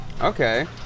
Okay